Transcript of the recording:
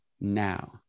now